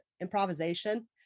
improvisation